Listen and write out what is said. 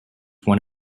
one